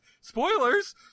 Spoilers